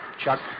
Chuck